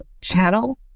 channel